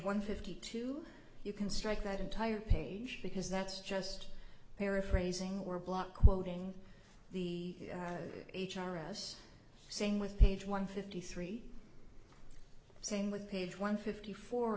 one fifty two you can strike that entire page because that's just paraphrasing or block quoting the h r s saying with page one fifty three same with page one fifty four